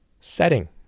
Setting